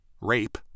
rape